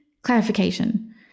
Clarification